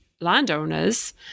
landowners